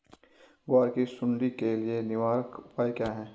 ग्वार की सुंडी के लिए निवारक उपाय क्या है?